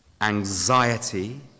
anxiety